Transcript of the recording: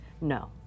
no